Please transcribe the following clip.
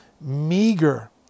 meager